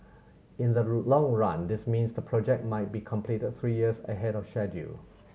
in the long run this means the project might be completed three years ahead of schedule